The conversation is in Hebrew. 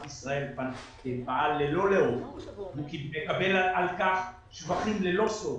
ישראל פעל ללא לאות והוא מקבל עליו שבחים ללא סוף,